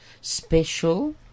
Special